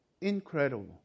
Incredible